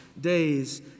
days